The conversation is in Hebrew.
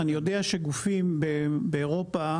אני יודע שגופים באירופה,